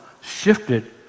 shifted